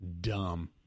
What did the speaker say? dumb